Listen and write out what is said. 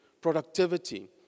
Productivity